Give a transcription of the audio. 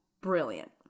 brilliant